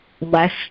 less